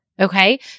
Okay